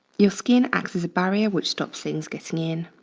your skin acts as a barrier which stops things getting in.